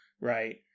right